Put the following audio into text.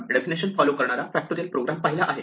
आपण definition follow करणारा factorial program पाहिला आहे